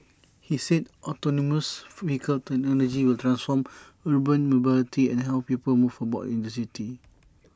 he said autonomous vehicle technology will transform urban mobility and how people move about in the city